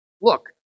Look